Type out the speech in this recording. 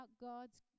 God's